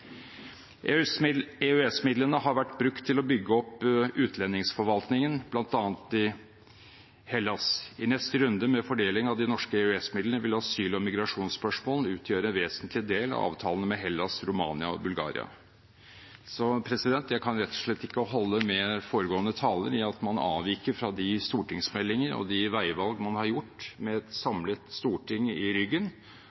har vært brukt til å bygge opp utlendingsforvaltningen, bl.a. i Hellas. I neste runde med fordeling av de norske EØS-midlene vil asyl- og migrasjonsspørsmål utgjøre en vesentlig del av avtalene med Hellas, Romania og Bulgaria. Jeg kan rett og slett ikke holde med foregående taler i at man avviker fra de stortingsmeldinger og veivalg man har gjort med et